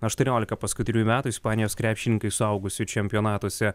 aštuoniolika paskutinių metų ispanijos krepšininkai suaugusių čempionatuose